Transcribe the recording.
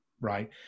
right